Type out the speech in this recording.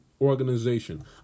organization